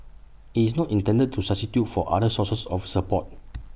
IT is not intended to substitute for other sources of support